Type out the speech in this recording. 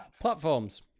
Platforms